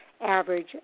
average